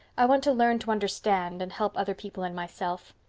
i want to learn to understand and help other people and myself.